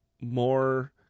more